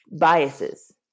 biases